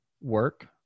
work